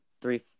three